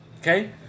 Okay